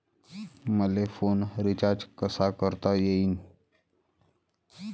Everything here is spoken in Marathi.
मले फोन रिचार्ज कसा करता येईन?